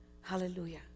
Hallelujah